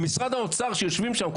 במשרד האוצר שיושבים שם,